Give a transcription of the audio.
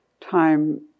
time